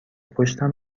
پشتم